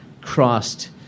crossed